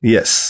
Yes